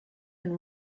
and